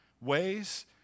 ways